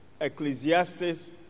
Ecclesiastes